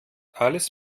alles